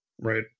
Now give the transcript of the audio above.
right